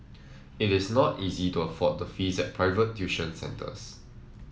it is not easy to afford the fees at private tuition centres